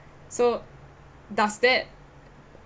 so does that